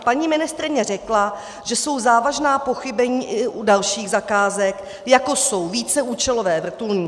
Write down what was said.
Paní ministryně řekla, že jsou závažná pochybení i u dalších zakázek, jako jsou víceúčelové vrtulníky.